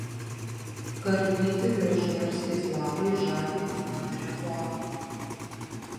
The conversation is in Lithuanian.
karpyti gražgarstės lapai žavi įmantria forma